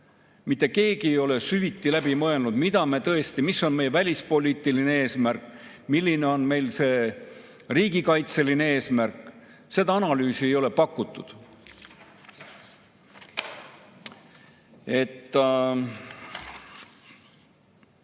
Mitte keegi ei ole süviti läbi mõelnud, mida me tõesti [tahame], mis on meie välispoliitiline eesmärk, milline on meil riigikaitseline eesmärk. Seda analüüsi ei ole pakutud. Seletuskirjas